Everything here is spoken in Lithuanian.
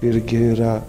irgi yra